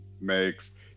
makes